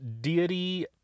Deity